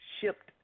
shipped